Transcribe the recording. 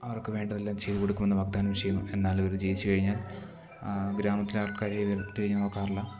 അവർക്ക് വേണ്ടതെല്ലാം ചെയ്തു കൊടുക്കുമെന്ന വാഗ്ദാനവും ചെയ്യുന്നു എന്നാൽ ഇവർ ജയിച്ച് കഴിഞ്ഞാൽ ആ ഗ്രാമത്തിലെ ആൾക്കാരെ ഇവർ തിരിഞ്ഞ് നോക്കാറില്ല